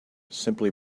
simply